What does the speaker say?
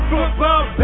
Football